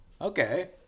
Okay